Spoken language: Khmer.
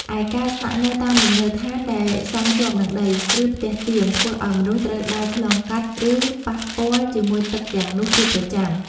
ឯការស្នាក់នៅតាមលំនៅដ្ឋានដែលសង់ជាប់នឹងដី ឬផ្ទះតៀម ធ្វើឱ្យមនុស្សត្រូវដើរឆ្លងកាត់ ឬប៉ះពាល់ជាមួយទឹកទាំងនោះជាប្រចាំ។